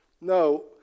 No